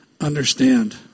understand